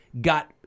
got